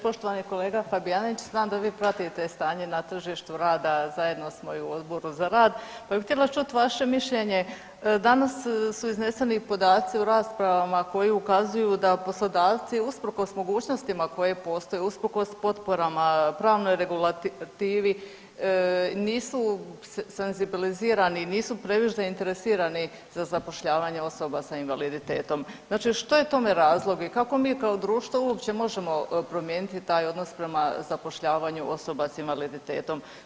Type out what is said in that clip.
Poštovani kolega Fabijanić, znam da vi pratite stanje na tržištu rada, zajedno smo i u Odboru za rad, pa bi htjela čuti vaše mišljenje, danas su izneseni podaci u rasprava koji ukazuju da poslodavci, usprkos mogućnosti koje postoje, usprkos potporama, pravnoj regulativi, nisu senzibilizirani, nisu previše zainteresirani za zapošljavanje osoba sa invaliditetom, znači što je tome razlog i kako mi kao društvo uopće možemo promijeniti taj odnos prema zapošljavanju osoba s invaliditetom?